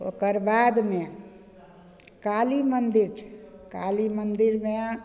ओकरबादमे काली मन्दिर छै काली मन्दिरमे